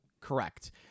correct